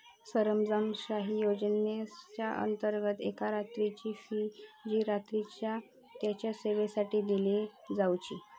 सरंजामशाही व्यवस्थेच्याअंतर्गत एका रात्रीची फी जी रात्रीच्या तेच्या सेवेसाठी दिली जावची